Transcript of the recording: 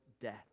death